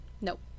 Nope